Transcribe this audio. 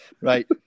Right